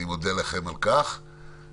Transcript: אני חוזר על מה שהסתייגתי בתחילת היום.